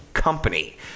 Company